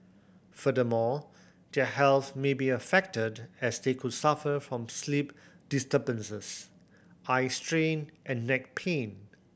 furthermore their health may be affected as they could suffer from sleep disturbances eye strain and neck pain